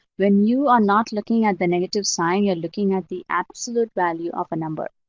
when you are not looking at the negative sign, you're looking at the absolute value of a number.